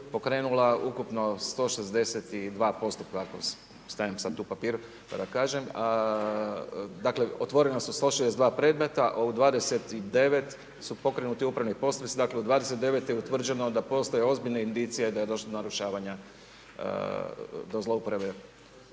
pokrenula ukupno 162 postupka ako stavim sad tu papir, pa da kažem, dakle otvorena su 162 predmeta, u 29 njih su pokrenuti upravni postupci, dakle u njih 29 je utvrđeno da postoje ozbiljne indicije da je došlo do narušavanja, do zlouporabe